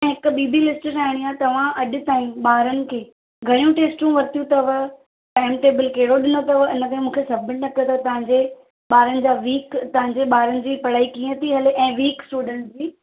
ऐं हिकु ॿी ॿि लिस्ट ठाहिणी आहे तव्हां अॼु ताईं ॿारनि खे घणियूं टेस्टूं वरितियूं अथव टाइम टेबल कहिड़ो ॾिनो अथव हिन खे मूंखे सभु तव्हांजे ॿारनि जा वीक तव्हांजे ॿारनि जी पढ़ाई कीअं थी हले ऐं वीक स्टुडेंट जी